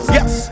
Yes